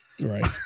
Right